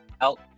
out